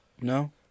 No